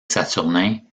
saturnin